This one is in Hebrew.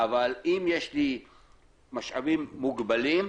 אם יש לי משאבים מוגבלים,